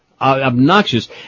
obnoxious